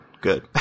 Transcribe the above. good